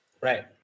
Right